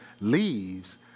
leaves